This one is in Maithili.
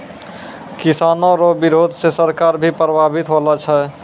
किसानो रो बिरोध से सरकार भी प्रभावित होलो छै